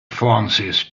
francis